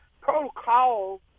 protocol